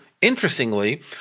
interestingly